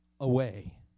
away